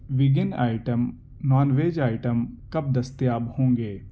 vegan item non veg item کب دستیاب ہوں گے